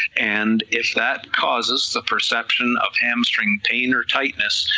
and if that causes the perception of hamstring pain or tightness,